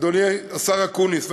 אדוני השר אקוניס,